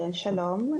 שלום,